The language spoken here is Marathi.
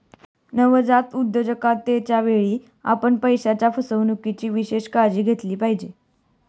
नवजात उद्योजकतेच्या वेळी, आपण पैशाच्या फसवणुकीची विशेष काळजी घेतली पाहिजे